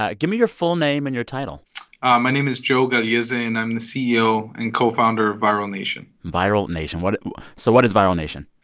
ah give me your full name and your title my name is joe gagliese, and i'm the ceo and co-founder of viral nation viral nation. what so what is viral nation?